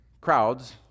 crowds